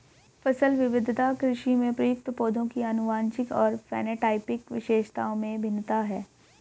फसल विविधता कृषि में प्रयुक्त पौधों की आनुवंशिक और फेनोटाइपिक विशेषताओं में भिन्नता है